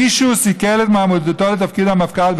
מישהו סיכל את מועמדותו לתפקיד המפכ"ל,